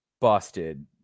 busted